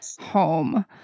home